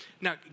Now